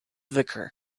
vicar